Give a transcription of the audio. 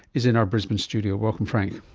is in our brisbane studio. welcome frank.